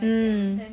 mm